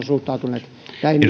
suhtautuneet näihin